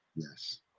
Yes